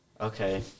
okay